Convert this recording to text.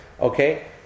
Okay